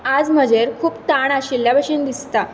आज म्हजेर खूब ताण आशिल्ल्या भशेन दिसता